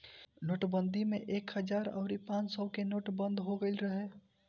नोटबंदी में एक हजार अउरी पांच सौ के नोट बंद हो गईल रहे